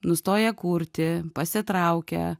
nustoja kurti pasitraukia